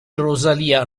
rosalia